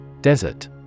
Desert